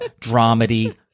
dramedy